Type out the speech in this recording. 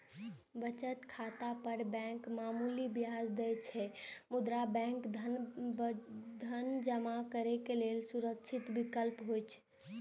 बचत खाता पर बैंक मामूली ब्याज दै छै, मुदा बैंक धन जमा करै लेल सुरक्षित विकल्प होइ छै